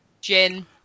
Gin